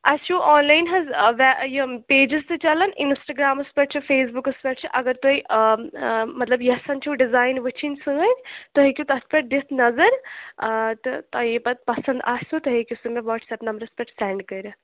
اَسہِ چھُو آنلایَن حظ یہِ پیٚجٕز تہِ چَلن اِنسٹاگرامس پٮ۪ٹھ چھِ فیس بُکس پٮ۪ٹھ چھِ اگر تۄہہِ مطلب یَسن چھِو ڈِزاین وٕچھِنۍ سٲنۍ تۄہہِ ہٮ۪کِو تَتھ پٮ۪ٹھ دِتھ نظر تہٕ تۄہہِ یہِ پت پسنٛد آسوٕ تۄہہِ ہٮ۪کِو سُہ مےٚ وَٹسٕایپ نمبرس پٮ۪ٹھ سینٛڈ کٔرِتھ